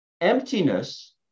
emptiness